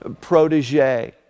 protege